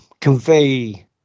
convey